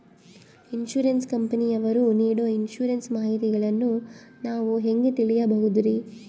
Insurance ಕಂಪನಿಯವರು ನೇಡೊ insurance ಮಾಹಿತಿಗಳನ್ನು ನಾವು ಹೆಂಗ ತಿಳಿಬಹುದ್ರಿ?